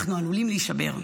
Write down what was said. אנחנו עלולים להישבר.